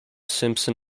simpson